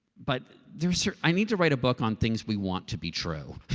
but i need to write a book on things we want to be true.